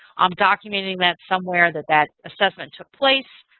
i'm documenting that somewhere that that assessment took place,